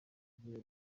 yabwiye